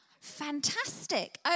Fantastic